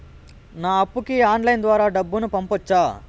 నా అప్పుకి ఆన్లైన్ ద్వారా డబ్బును పంపొచ్చా